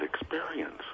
experience